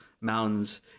mountains